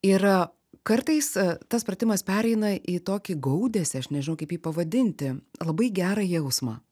ir kartais tas pratimas pereina į tokį gaudesį aš nežinau kaip jį pavadinti labai gerą jausmą